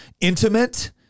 intimate